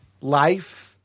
life